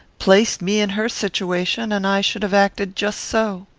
place me in her situation, and i should have acted just so.